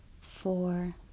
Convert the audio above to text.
four